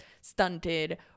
stunted